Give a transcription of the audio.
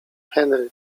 henry